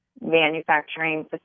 manufacturing